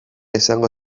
izango